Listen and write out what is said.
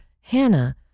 Hannah